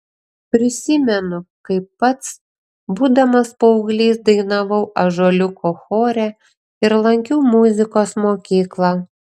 prisimenu kaip pats būdamas paauglys dainavau ąžuoliuko chore ir lankiau muzikos mokyklą